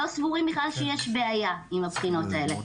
לא סבורים בכלל שיש בעיה עם הבחינות האלה,